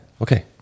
okay